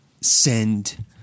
send